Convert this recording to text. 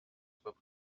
soient